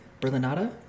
Berlinata